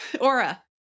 Aura